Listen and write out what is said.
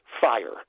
fire